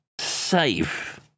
safe